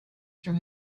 threw